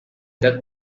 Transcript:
the